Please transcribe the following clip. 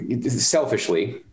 selfishly